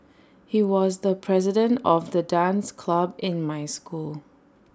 he was the president of the dance club in my school